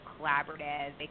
collaborative